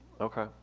Okay